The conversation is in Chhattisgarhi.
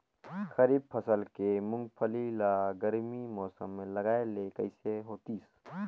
खरीफ फसल के मुंगफली ला गरमी मौसम मे लगाय ले कइसे होतिस?